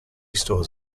stores